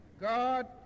God